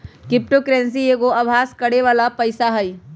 crypto currency एगो अभास करेके बला पइसा हइ